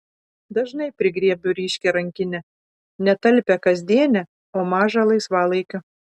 dažnai prigriebiu ryškią rankinę ne talpią kasdienę o mažą laisvalaikio